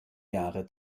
jahre